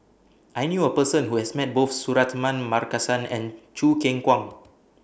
I knew A Person Who has Met Both Suratman Markasan and Choo Keng Kwang